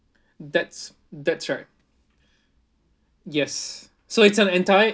that's that's right yes so it's an entire